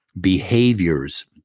behaviors